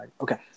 Okay